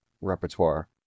repertoire